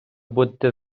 будете